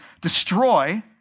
destroy